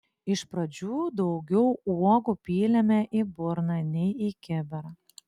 iš pradžių daugiau uogų pylėme į burną nei į kibirą